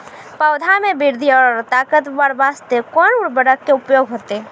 पौधा मे बृद्धि और ताकतवर बास्ते कोन उर्वरक के उपयोग होतै?